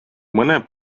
mõnel